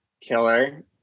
killer